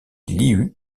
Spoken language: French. liu